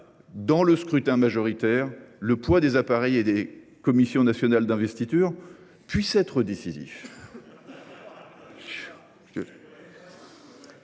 mode de scrutin majoritaire, le poids des appareils et des commissions nationales d’investiture est décisif.